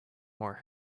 more